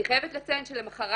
אני חייבת לציין שלמחרת,